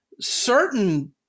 certain